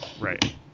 right